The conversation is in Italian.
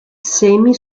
semi